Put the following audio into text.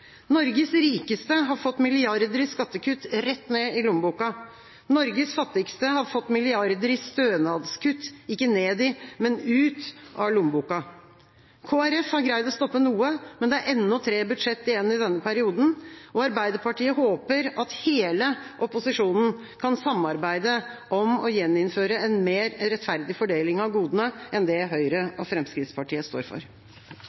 Norges rikeste har fått milliarder i skattekutt rett ned i lommeboka. Norges fattigste har fått milliarder i stønadskutt – ikke ned i, men ut av lommeboka. Kristelig Folkeparti har greid å stoppe noe, men det er ennå tre budsjetter igjen i denne perioden. Arbeiderpartiet håper hele opposisjonen kan samarbeide om å gjeninnføre en mer rettferdig fordeling av godene enn det Høyre og Fremskrittspartiet står for.